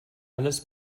alles